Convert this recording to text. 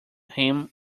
him